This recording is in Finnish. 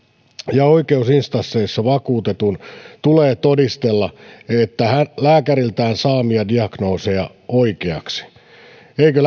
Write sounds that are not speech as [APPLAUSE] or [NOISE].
ja oikeusinstansseissa vakuutetun tulee todistella lääkäriltään saamiaan diagnooseja oikeaksi eikö [UNINTELLIGIBLE]